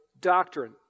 doctrine